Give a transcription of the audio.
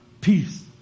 peace